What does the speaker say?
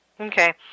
Okay